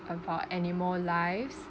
about animal lives